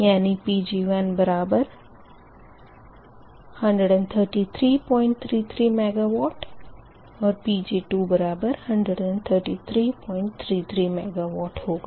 Pg113333 MW और Pg213333 MW होगा